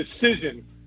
decision